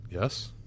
Yes